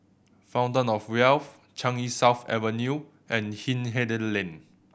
Fountain Of Wealth Changi South Avenue and Hindhede Lane